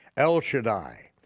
el shaddai.